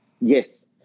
Yes